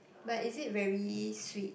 but is it very sweet